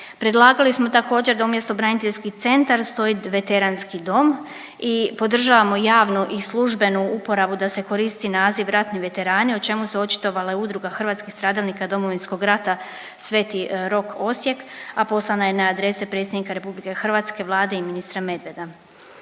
Predlagali smo također da umjesto braniteljski centar stoji veteranski dom i podržavamo javno i službenu uporabu da se koristi naziv ratni veterani o čemu se očitovala i Udruga hrvatskih stradalnika Domovinskog rata Sveti Rok Osijek, a poslana je na adrese predsjednika RH, Vlade i ministra Medveda.